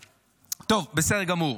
טוב, בסדר גמור.